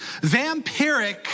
vampiric